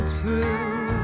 true